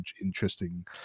interesting